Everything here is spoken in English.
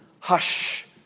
Hush